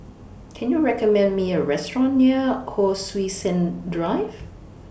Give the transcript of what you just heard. Can YOU recommend Me A Restaurant near Hon Sui Sen Drive